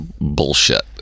bullshit